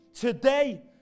today